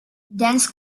dense